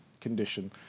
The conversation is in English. condition